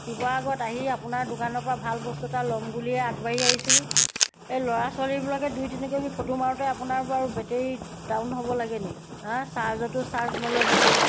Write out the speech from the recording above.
শিৱসাগৰত আহি আপোনাৰ দোকানৰ পৰা ভাল বস্তু এটা ল'ম বুলিয়েই আগবাঢ়ি আহিছিলোঁ এই ল'ৰা ছোৱালীবিলাকে দুই তিনিকপি ফটো মাৰোঁতেই আপোনাৰ বাৰু বেটেৰী ডাউন হ'ব লাগে নি হাঁ চাৰ্জটো চাৰ্জ নলয় বেটেৰী